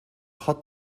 hot